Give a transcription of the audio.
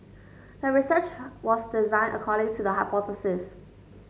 the research was designed according to the hypothesis